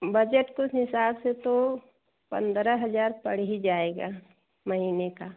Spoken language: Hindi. बजट के हिसाब से तो पंद्रह हज़ार पड़ ही जाएगा महीने का